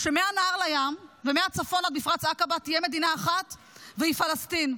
שמהנהר לים ומהצפון עד מפרץ עקבה תהיה מדינה אחת והיא פלסטין.